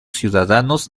ciudadanos